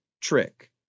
trick